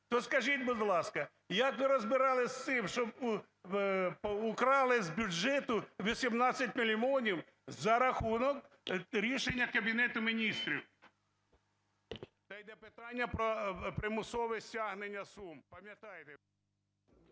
То скажіть, будь ласка, як ви розбиралися із цим, що украли з бюджету 18 мільйонів за рахунок рішення Кабінету Міністрів? Де йде питання про примусове стягнення сум, пам'ятаєте?